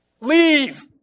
leave